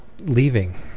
leaving